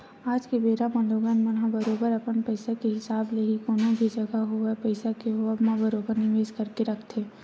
आज के बेरा लोगन मन ह बरोबर अपन पइसा के हिसाब ले ही कोनो भी जघा होवय पइसा के होवब म बरोबर निवेस करके रखथे